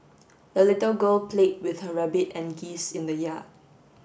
the little girl played with her rabbit and geese in the yard